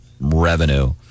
Revenue